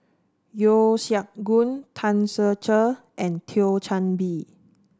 Yeo Siak Goon Tan Ser Cher and Thio Chan Bee